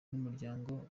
n’umuryango